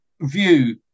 view